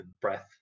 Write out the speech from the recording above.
breath